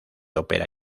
ópera